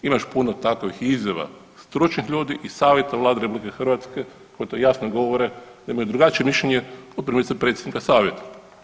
Ima još puno takvih izjava stručnih ljudi iz savjeta Vlade RH koji to jasno govore da imaju drugačije mišljenje od primjerice predsjednika savjeta.